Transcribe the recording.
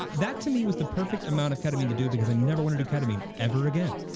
um that to me was the perfect amount of ketamine to do, because i never wanna do ketamine ever again.